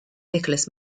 nicholas